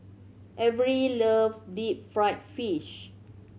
Averie loves deep fried fish